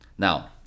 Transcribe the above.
Now